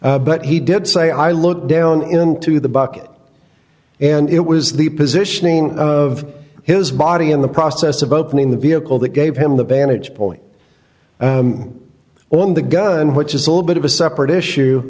but he did say i looked down into the bucket and it was the positioning of his body in the process of opening the vehicle that gave him the vantage point on the gun which is a little bit of a separate issue